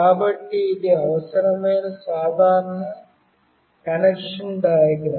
కాబట్టి ఇది అవసరమైన సాధారణ కనెక్షన్ డియాగ్రమ్